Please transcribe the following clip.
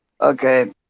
Okay